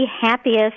happiest